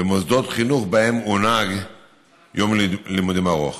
במוסדות חינוך שבהם הונהג יום לימודים ארוך.